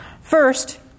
First